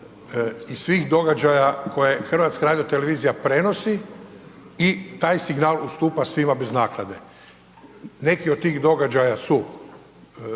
i svih događaja koje HRT prenosi i taj signal ustupa svima bez naknade. Neki od tih događaja su